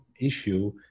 issue